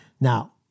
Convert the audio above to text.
Now